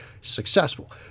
successful